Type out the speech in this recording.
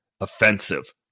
offensive